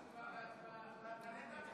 תשובה והצבעה.